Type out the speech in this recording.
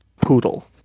poodle